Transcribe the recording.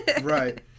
Right